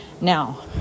Now